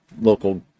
local